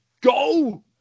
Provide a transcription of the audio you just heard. go